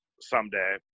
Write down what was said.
someday